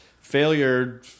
failure